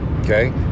okay